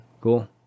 cool